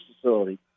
facility